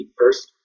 first